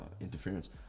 interference